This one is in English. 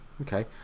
okay